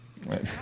right